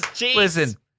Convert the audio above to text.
Listen